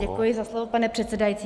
Děkuji za slovo, pane předsedající.